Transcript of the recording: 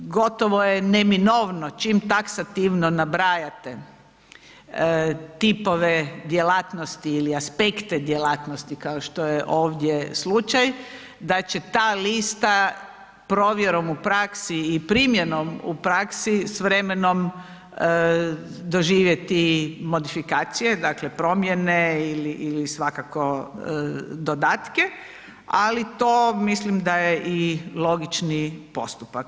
Gotovo je neminovno čim taksativno nabrajate tipove djelatnosti ili aspekte djelatnosti kao što je ovdje slučaj da će ta lista provjerom u praksi i primjenom u praksi s vremenom doživjeti modifikacije, dakle promjene ili svakako dodatke, ali to mislim da je i logični postupak.